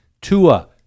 Tua